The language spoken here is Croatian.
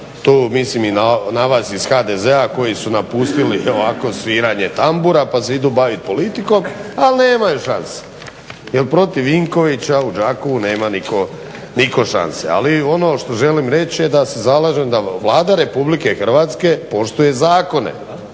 tu mislim i na vas iz HDZ-a koji su napustili ovako sviranje tambura pa se idu bavim politikom, ali nemaju šanse jer protiv Vinkovića u Đakovu nema nitko šanse ali ono što želim reć da se zalažem da Vlada RH poštuje zakone